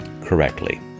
correctly